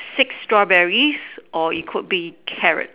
six strawberries or it could be carrot